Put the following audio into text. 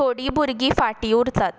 थोडीं भुरगीं फाटीं उरतात